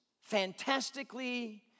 fantastically